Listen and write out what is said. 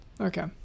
okay